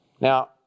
Now